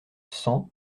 cent